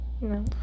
No